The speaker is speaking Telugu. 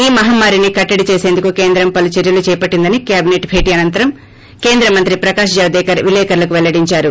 ఈ మహమ్మారిని కట్లడి చేసందుకు కేంద్రం పలు చర్యలు చేపట్టిందని కేబిసెట్ భేటీ అనంతరం కేంద్ర మంత్రి ప్రకాష్ జవదేకర్ విలేకరులకు పెల్లడించారు